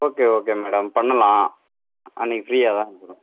okay okay madam பண்ணலாம் அன்னிக்கு ஃபிரீயாக தான் இருக்கிறோம்